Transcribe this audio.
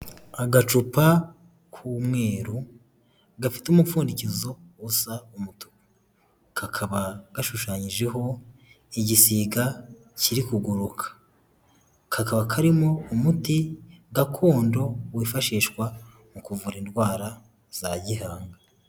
Agacupa k'umweru gafite umupfundikizo usa umutuku, kakaba gashushanyijeho igisiga kiri kuguruka, kakaba karimo umuti gakondo wifashishwa mu kuvura indwara za Gihanga.